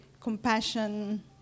compassion